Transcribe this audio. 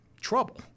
trouble